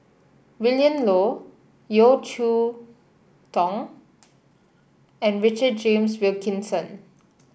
Willin Low Yeo Cheow Tong and Richard James Wilkinson